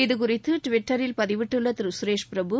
இதுகுறித்து டுவிட்டரில் பதிவிட்டுள்ள திரு சுரேஷ் பிரபு